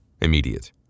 Immediate